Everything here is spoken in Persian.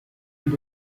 کسب